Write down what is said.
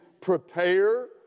prepare